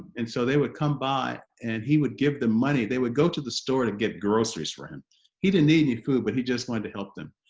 and so they would come by and he would give them money, they would go to the store to get groceries for him he didn't need any food but he just wanted to help them,